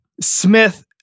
Smith